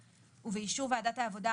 1940 (להלן הפקודה) ובאישור ועדת העבודה,